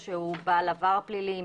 או שהוא בעל עבר פלילי,